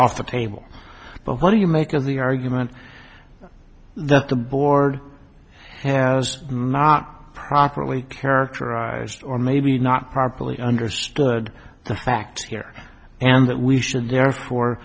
off the table but what do you make of the argument that the board has not properly characterized or maybe not properly understood the facts here and that we should therefore